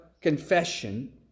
confession